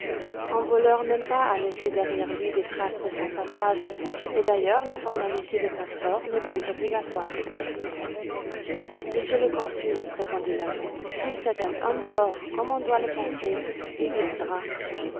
un voleur n'aime pas à laisser derrière lui des traces de son passage et d'ailleurs la formalité des passeports n'est plus obligatoire monsieur le consul répondit l'agent si c'est un homme fort comme on doit le penser il viendra